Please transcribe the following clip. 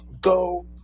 go